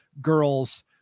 girls